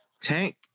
Tank